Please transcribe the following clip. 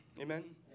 Amen